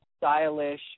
stylish